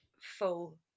full